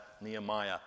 Nehemiah